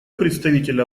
представителя